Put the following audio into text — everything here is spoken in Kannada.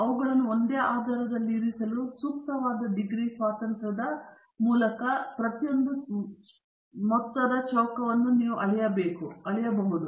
ಅವುಗಳನ್ನು ಒಂದೇ ಆಧಾರದಲ್ಲಿ ಇರಿಸಲು ಸೂಕ್ತವಾದ ಡಿಗ್ರಿ ಸ್ವಾತಂತ್ರ್ಯದ ಮೂಲಕ ನೀವು ಪ್ರತಿಯೊಂದು ಮೊತ್ತದ ಚೌಕಗಳನ್ನು ಅಳೆಯಬಹುದು